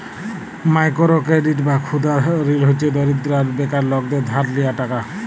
micro credit বা ক্ষুদা ঋল হছে দরিদ্র আর বেকার লকদের ধার লিয়া টাকা